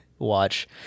Watch